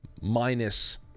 minus